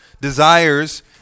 desires